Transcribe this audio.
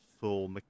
full